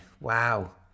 Wow